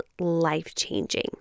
life-changing